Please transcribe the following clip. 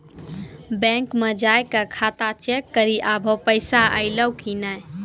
bank मे जाय के खाता चेक करी आभो पैसा अयलौं कि नै